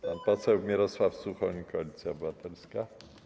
Pan poseł Mirosław Suchoń, Koalicja Obywatelska.